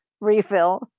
refill